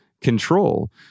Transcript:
control